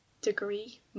Degree